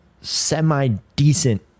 semi-decent